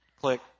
click